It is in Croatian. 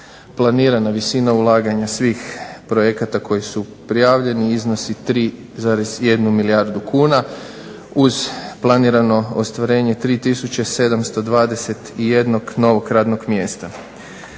Planirana visina ulaganja svih projekata koji su prijavljeni iznosi 3,1 milijardu kuna, uz planirano ostvarenje 3721 novog radnog mjesta.